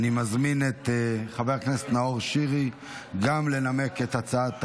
אני מזמין גם את חבר הכנסת נאור שירי לנמק את הצעת החוק,